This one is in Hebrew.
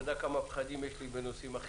אתה יודע כמה פחדים יש לי בכל מיני נושאים?